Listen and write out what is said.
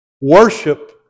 Worship